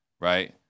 right